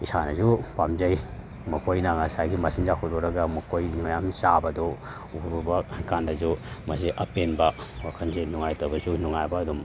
ꯏꯁꯥꯅꯁꯨ ꯄꯥꯝꯖꯩ ꯃꯈꯣꯏꯒꯤ ꯉꯁꯥꯏꯒꯤ ꯃꯆꯤꯟꯖꯥꯛ ꯍꯨꯜꯂꯨꯔꯒ ꯑꯃꯨꯛ ꯑꯩꯈꯣꯏ ꯃꯌꯥꯝ ꯆꯥꯕꯗꯨ ꯎꯔꯨꯕ ꯀꯥꯟꯗꯁꯨ ꯃꯁꯤ ꯑꯄꯦꯟꯕ ꯋꯥꯈꯟꯁꯦ ꯅꯨꯡꯉꯥꯏꯇꯕꯁꯨ ꯅꯨꯡꯉꯥꯏꯕ ꯑꯗꯨꯝ